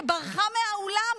שברחה מהאולם,